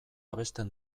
abesten